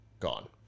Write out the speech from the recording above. gone